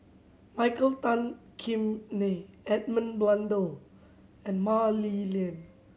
Michael Tan Kim Nei Edmund Blundell and Mah Li Lian